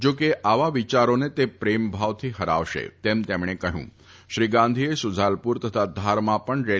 જો કે આવા વિચારોને તે પ્રેમભાવનાથી હરાવશે તેમ તેમણે કહ્યું શ્રી ગાંધીએ શુઝાલપુર તથા ધારમાં પણ રેલીઓને સંબોધી હતી